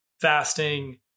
fasting